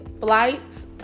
flights